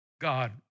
God